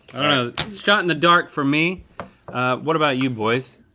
i don't know, a shot in the dark for me. ah what about you boys?